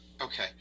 Okay